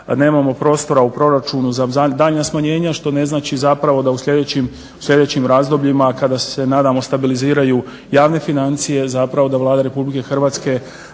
nemamo prostora u proračunu za daljnja smanjenja što ne znači zapravo da u sljedećim razdobljima kada se naravno stabiliziraju javne financije zapravo da Vlada Republike Hrvatske